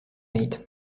meid